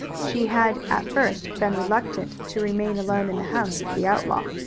she had at first been reluctant to remain alone in the house with the outlaw,